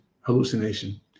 hallucination